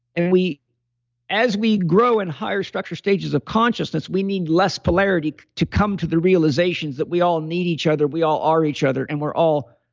and as we grow in higher structure stages of consciousness, we need less polarity to come to the realization that we all need each other, we all are each other, and we're all